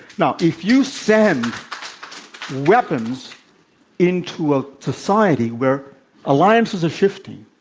now, if you send weapons into a society where alliances are shifting,